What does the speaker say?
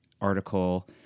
article